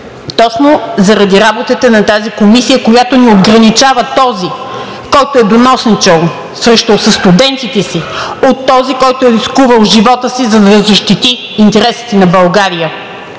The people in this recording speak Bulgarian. точно заради работата на тази комисия, която не отграничава този, който е доносничил срещу състудентите си, от този, който е рискувал живота си, за да защити интересите на България.